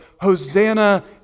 Hosanna